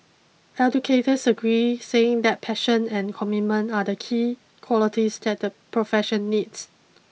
educators agreed saying that passion and commitment are the key qualities that the profession needs